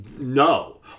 No